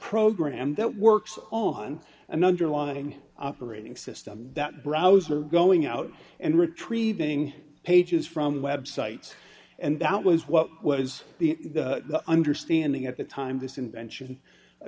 program that works on an underlying operating system that browser going out and retrieving pages from websites and that was what was the understanding at the time this invention